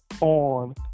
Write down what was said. on